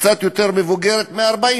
קצת יותר מבוגרת מ-40,